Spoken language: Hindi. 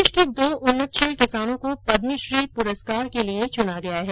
प्रदेश के दो उन्नतशील किसानों को पदमश्री पुरस्कार के लिए चुना गया है